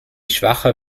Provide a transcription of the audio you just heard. schwache